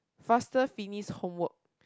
faster finish homework